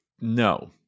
No